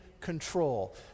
control